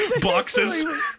boxes